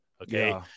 Okay